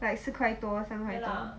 like 四块多三块多